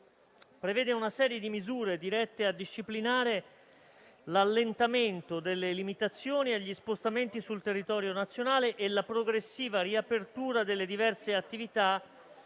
prevede una serie di misure dirette a disciplinare l'allentamento delle limitazioni agli spostamenti sul territorio nazionale e la progressiva riapertura delle diverse attività